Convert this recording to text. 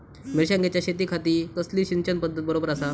मिर्षागेंच्या शेतीखाती कसली सिंचन पध्दत बरोबर आसा?